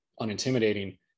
unintimidating